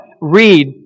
read